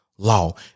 Law